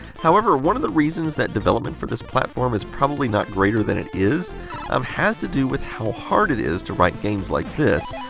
however, one of the reasons that development for this platform is probably not greater than it is um has to do with how hard it is to write games like this.